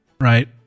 right